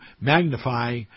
magnify